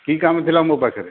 କି କାମ ଥିଲା ମୋ ପାଖରେ